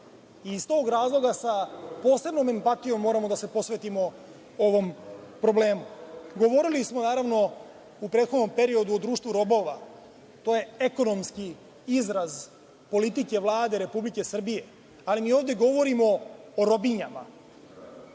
i iz tog razloga sa posebnom impatijom moramo da se posvetimo ovom problemu. Govorili smo, naravno, u prethodnom periodu o društvu robova. To je ekonomski izraz politike Vlade Republike Srbije, ali mi ovde govorimo o robinjama